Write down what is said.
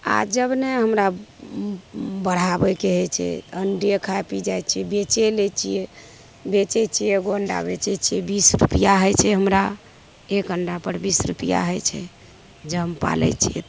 आओर जब नहि हमरा बढ़ाबैके होइ छै तऽ अण्डे खा पी जाइ छिए बेचि लै छिए बेचै छिए एगो अण्डा बेचै छिए बीस रुपैआ होइ छै हमरा एक अण्डापर बीस रुपैआ होइ छै जे हम पालै छिए तऽ